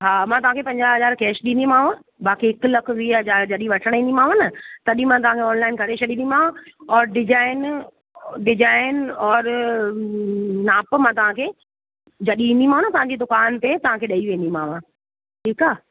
हा मां तव्हांखे पंजाह हज़ार कैश ॾींदीमाव बाक़ी हिक लख वीह हज़ार जॾहिं वठण ईंदीमाव न तॾहिं मां तव्हांखे ऑनलाइन करे छॾींदीमाव और डिजाइन डिजाइन और नाप मां तव्हांखे जॾहिं ईंदीमाव न तव्हांजी दुकानु ते तव्हांखे ॾई वेंदीमाव ठीकु आहे